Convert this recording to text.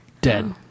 Dead